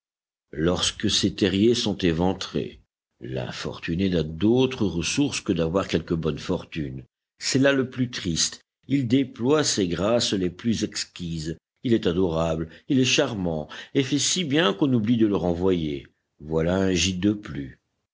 lorsque ses terriers sont éventés l'infortuné n'a d'autre ressource que d'avoir quelques bonnes fortunes c'est là le plus triste il déploie ses grâces les plus exquises il est adorable il est charmant et fait si bien qu'on oublie de le renvoyer voilà un gîte de plus